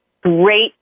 great